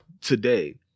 today